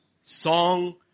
song